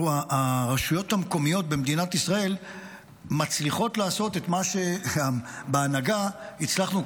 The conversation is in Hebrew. הרשויות המקומיות במדינת ישראל מצליחות לעשות את מה שבהנהגה הצלחנו,